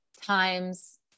times